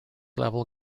level